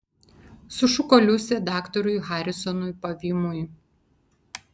sušuko liusė daktarui harisonui pavymui